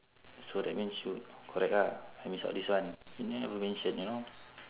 so that means should correct ah I miss out this one you never mention you know